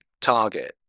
target